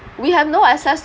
we have no access